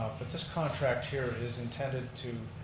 but this contract here is intended to